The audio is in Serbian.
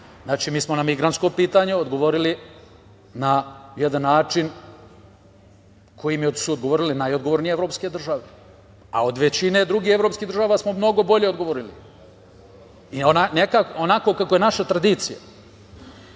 Znači, mi smo na migrantsko pitanje odgovorili na jedan način kojim su odgovorile najodgovornije evropske države, a od većine drugih evropskih država smo mnogo bolje odgovorili, onako kako je naša tradicija. Zatim,